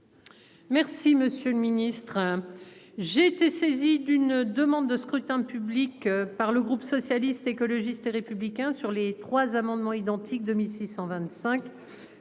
Merci monsieur le ministre, hein. J'ai été saisi. D'une demande de scrutin public par le groupe socialiste, écologiste et républicain. Sur les trois amendements identiques, 2625